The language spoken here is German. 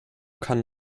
kann